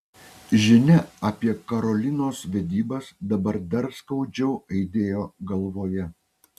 žinia apie karolinos vedybas dabar dar skaudžiau aidėjo galvoje